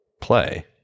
play